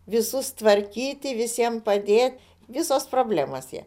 visus tvarkyti visiem padėti visos problemos jai